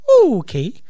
Okay